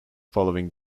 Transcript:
following